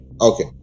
Okay